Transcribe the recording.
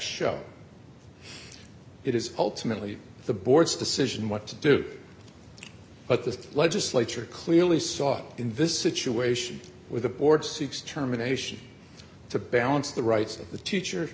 it is ultimately the board's decision what to do but the legislature clearly saw in this situation with the board see extermination to balance the rights of the teacher